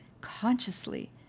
consciously